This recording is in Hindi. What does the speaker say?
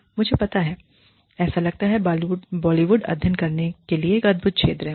तुम्हें पता है ऐसा लगता हैबॉलीवुड अध्ययन करने के लिए एक अद्भुत क्षेत्र है